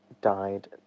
died